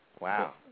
Wow